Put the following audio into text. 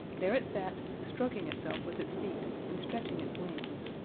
there it sat, stroking itself with its feet and stretching its wings,